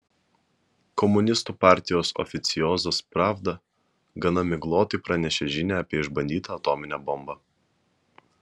komunistų partijos oficiozas pravda gana miglotai pranešė žinią apie išbandytą atominę bombą